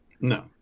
No